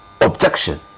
objection